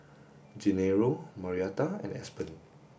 Gennaro Marietta and Aspen